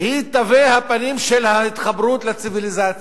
היא תווי הפנים של ההתחברות לציוויליזציה.